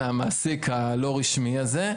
מעבירים תוכנית ממשלתית לקיום צהרונים.